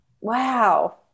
wow